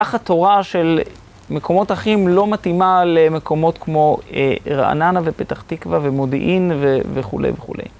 אך התורה של מקומות אחרים לא מתאימה למקומות כמו עיר עננה ופתח תקווה ומודיעין וכולי וכולי.